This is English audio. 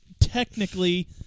technically